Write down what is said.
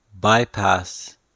bypass